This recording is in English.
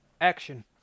action